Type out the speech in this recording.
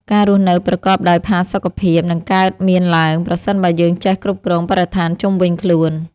ការរស់នៅប្រកបដោយផាសុកភាពនឹងកើតមានឡើង ប្រសិនបើយើងចេះគ្រប់គ្រងបរិស្ថានជុំវិញខ្លួន។